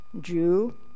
Jew